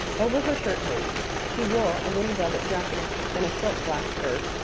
over her shirt-waist she wore a little velvet jacket and a short black skirt,